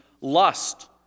lust